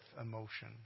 emotion